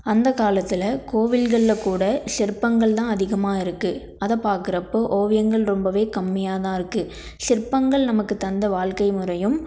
அந்த காலத்தில் கோவில்களில் கூட சிற்பங்கள் தான் அதிகமாக இருக்குது அதை பார்க்குறப்போ ஓவியங்கள் ரொம்பவே கம்மியாக தான் இருக்குது சிற்பங்கள் நமக்கு தந்த வாழ்க்கை முறையும்